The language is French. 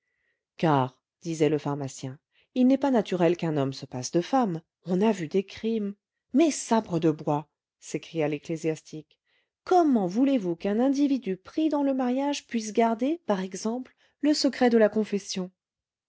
car disait le pharmacien il n'est pas naturel qu'un homme se passe de femmes on a vu des crimes mais sabre de bois s'écria l'ecclésiastique comment voulezvous qu'un individu pris dans le mariage puisse garder par exemple le secret de la confession